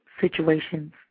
situations